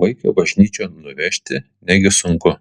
vaiką bažnyčion nuvežti negi sunku